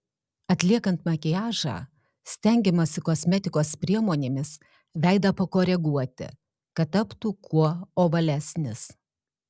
atliekant makiažą stengiamasi kosmetikos priemonėmis veidą pakoreguoti kad taptų kuo ovalesnis